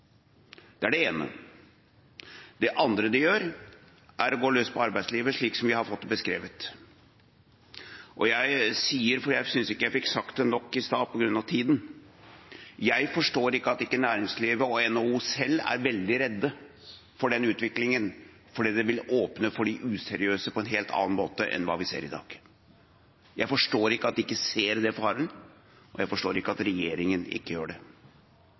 Det er det ene. Det andre de gjør, er å gå løs på arbeidslivet, slik som vi har fått det beskrevet. Og jeg sier, for jeg synes ikke jeg fikk sagt det nok i stad på grunn av tiden, at jeg forstår ikke at ikke næringslivet og NHO selv er veldig redd for den utviklingen, for det vil åpne for de useriøse på en helt annen måte enn hva vi ser i dag. Jeg forstår ikke at de ikke ser den faren, og jeg forstår ikke at regjeringa ikke gjør det.